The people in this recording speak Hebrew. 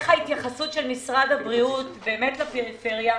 ההתייחסות של משרד הבריאות לפריפריה.